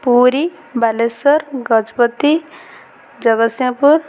Puri Baleswar Gajapati Jagatsinghpur